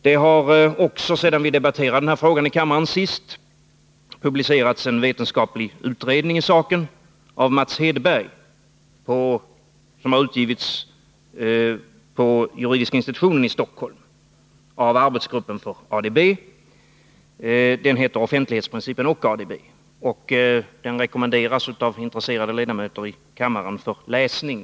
Sedan vi senast debatterade den här frågan i kammaren har det publicerats en vetenskaplig utredning i saken av Mats Hedberg. Den har utgivits på juridiska institutionen i Stockholm av arbetsgruppen för ADB. Den heter Offentlighetsprincipen och ADB. Den rekommenderas till läsning av intresserade ledamöter i kammaren.